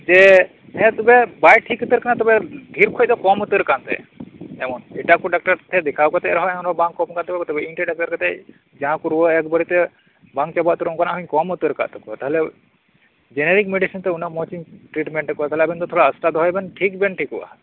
ᱦᱮᱸ ᱛᱚᱵᱮ ᱵᱟᱭ ᱴᱷᱤᱠ ᱩᱛᱟᱹᱨ ᱠᱟᱱᱟ ᱡᱮ ᱰᱷᱮᱨ ᱠᱷᱚᱡ ᱫᱚ ᱠᱚᱢ ᱩᱛᱟᱹᱨ ᱠᱟᱱ ᱛᱟᱭᱟ ᱛᱚᱵᱮ ᱮᱴᱟᱜ ᱠᱚ ᱰᱟᱠᱛᱟᱨ ᱠᱷᱚᱡ ᱫᱮᱠᱷᱟᱣ ᱠᱟᱛᱮ ᱨᱮᱦᱚᱸ ᱵᱟᱝ ᱠᱚᱢ ᱟᱠᱟᱱ ᱛᱟᱠᱚᱣᱟ ᱛᱚᱵᱮ ᱤᱧ ᱴᱷᱮᱡ ᱫᱮᱠᱷᱟᱣ ᱠᱟᱛᱮ ᱵᱟᱝ ᱪᱟᱵᱟᱜ ᱚᱱᱠᱟᱱᱟᱜ ᱦᱩᱸᱧ ᱠᱚᱢ ᱩᱛᱟᱹᱨᱟᱠᱟᱫ ᱛᱟᱠᱚᱣᱟ ᱡᱮᱱᱮᱨᱤᱠ ᱢᱮᱰᱤᱥᱤᱱ ᱛᱮ ᱩᱱᱟᱹᱜ ᱢᱚᱸᱡᱤᱧ ᱴᱨᱤᱴᱢᱮᱱᱴ ᱮᱫ ᱠᱚᱣᱟ ᱛᱚᱸ ᱟᱵᱤᱱ ᱫᱚ ᱛᱷᱚᱲᱟ ᱟᱥᱛᱷᱟ ᱫᱚᱦᱚᱭ ᱵᱮᱱ ᱴᱷᱤᱠ ᱵᱮᱱ ᱴᱷᱤᱠᱚᱜᱼᱟ